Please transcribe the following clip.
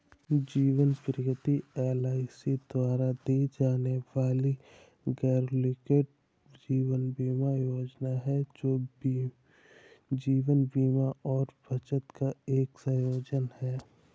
जीवन प्रगति एल.आई.सी द्वारा दी जाने वाली गैरलिंक्ड जीवन बीमा योजना है, जो जीवन बीमा और बचत का एक संयोजन है